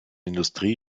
industrie